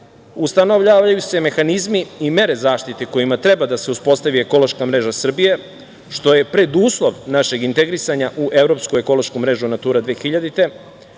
ustanovljavaju se mehanizmi i mere zaštite kojima treba da se uspostavi ekološka mreža Srbije, što je preduslov našeg integrisanja u evropsku ekološku mrežu „Natura 2000“,